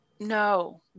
No